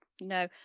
no